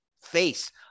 face